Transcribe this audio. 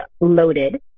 loaded